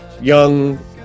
young